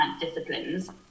disciplines